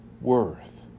worth